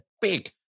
big